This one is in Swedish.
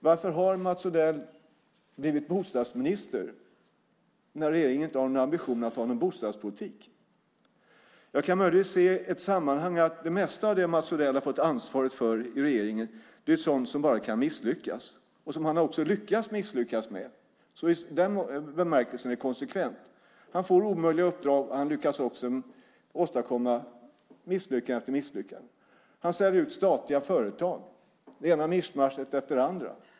Varför har Mats Odell blivit bostadsminister när regeringen inte har någon ambition att ha någon bostadspolitik? Jag kan möjligen se ett sammanhang att det mesta av det som Mats Odell har fått ansvar för i regeringen är sådant som bara kan misslyckas och som han också har lyckats att misslyckas med. I den bemärkelsen är det konsekvent. Han får omöjliga uppdrag, och han lyckas åstadkomma misslyckande efter misslyckande. Han säljer ut statliga företag, det ena mischmaschet efter det andra.